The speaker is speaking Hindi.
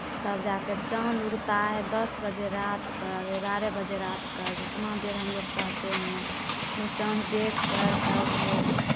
तब जा के चाँद उगता है दस बजे रात कर ग्यारह बजे रात कर उतना देर हम लोग रहते हैं तो चाँद देख कर तब वो